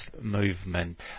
movement